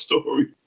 story